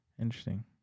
Interesting